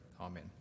Amen